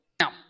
Now